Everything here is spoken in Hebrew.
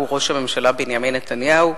ראש הממשלה בנימין נתניהו,